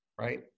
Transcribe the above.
right